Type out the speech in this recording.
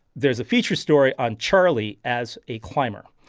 there's a feature story on charlie as a climber.